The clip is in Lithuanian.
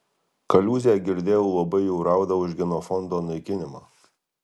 kaliūzė girdėjau labai jau rauda už genofondo naikinimą